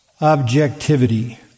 objectivity